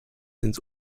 ins